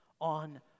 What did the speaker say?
on